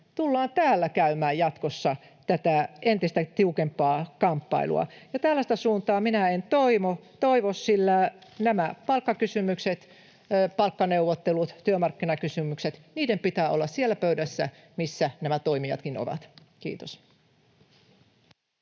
tullaan täällä käymään jatkossa tätä entistä tiukempaa kamppailua, ja tällaista suuntaa minä en toivo, sillä näiden palkkakysymysten, palkkaneuvottelujen, työmarkkinakysymysten pitää olla siellä pöydässä, missä nämä toimijatkin ovat. — Kiitos.